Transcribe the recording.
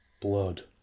blood